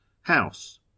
House